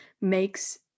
makes